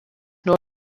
nur